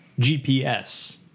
GPS